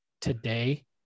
today